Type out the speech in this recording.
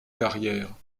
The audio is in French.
carrière